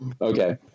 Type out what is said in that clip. Okay